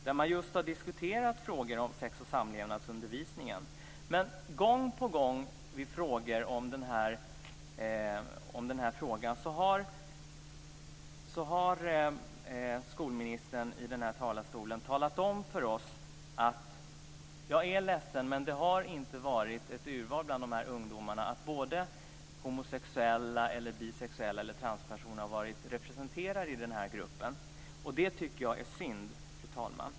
Där har man diskuterat sex och samlevnadsundervisningen. Men vid frågor om detta har skolministern gång på gång i den här talarstolen talat om för oss att hon är ledsen att homosexuella, bisexuella eller transpersoner inte har varit representerade i det urval av ungdomar som har ingått i den här gruppen. Det tycker jag är synd, fru talman.